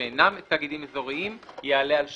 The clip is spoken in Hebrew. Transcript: שאינם תאגידים אזוריים יעלה על 30,